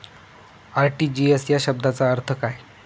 RTGS या शब्दाचा अर्थ काय?